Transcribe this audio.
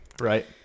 right